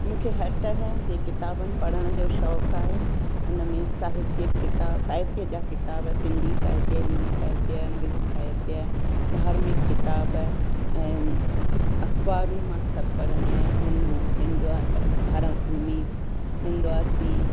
मूंखे हर तरह जे किताबनि पढ़ण जो शौक़ु आहे उन में साहित्यक किताब साहित्य जा किताब सिंधी साहित्य हिंदी साहित्य अंग्रेजी साहित्य धार्मिक किताब ऐं अख़बारूं मां सभु पढ़ंदी आहियां हिंदू हिंदवा भारत भूमि हिंदवासी